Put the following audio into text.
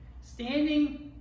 standing